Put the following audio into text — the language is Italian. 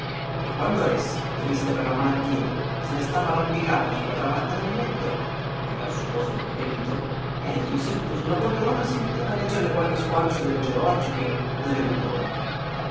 e quando essa triste per la malattia se ne stava arrampicata su la trabacca del letto ch'era il suo posto preferito egli seduto su la poltrona si metteva a leggerle qualche squarcio delle georgiche o delle bucoliche